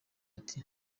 ati